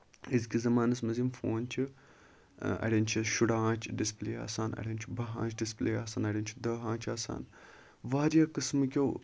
أزکِس زَمانَس منٛز یِم فون چھِ اَڈین چھِ شُراہ آنچہِ ڈِسپِلے آسان اَڈین چھُ بہہ آنچہِ ڈِسپِلے آسان اَڈین چھُ دہ آنچہِ آسان واریاہ قٕسمہٕ کیو